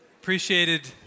Appreciated